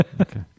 okay